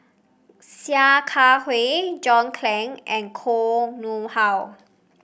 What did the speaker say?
Sia Kah Hui John Clang and Koh Nguang How